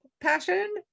passion